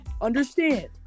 Understand